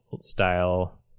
style